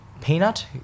peanut